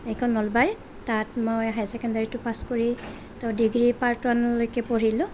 এইখন নলবাৰীত তাত মই হায়াৰ ছেকেণ্ডাৰীটো পাছ কৰি তো ডিগ্ৰী পাৰ্ট ওৱানলৈকে পঢ়িলোঁ